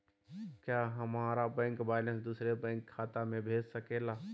क्या हमारा bank balance दूसरे बैंक खाता में भेज सके ला?